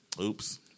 Oops